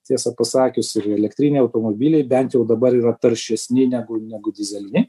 tiesą pasakius ir elektriniai automobiliai bent jau dabar yra taršesni negu negu dyzeliniai